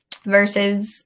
versus